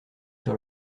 sur